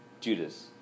Judas